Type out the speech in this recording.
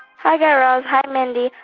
hi, guy raz. hi, mindy.